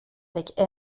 avec